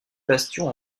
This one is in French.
bastions